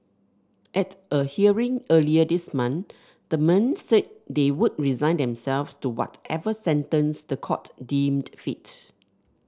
at a hearing earlier this month the men said they would resign themselves to whatever sentence the court deemed fit